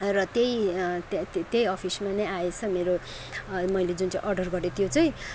र त्यही अफिसमा नै आएछ मेरो मैले जुन चाहिँ अर्डर गरेँ त्यो चाहिँ